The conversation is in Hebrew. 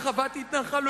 ומדבר על הרחבת התנחלויות.